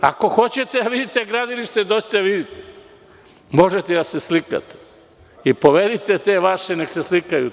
Ako hoćete da vidite gradilište, dođite da vidite, možete i da se slikate i povedite te vaše neka se slikaju tamo.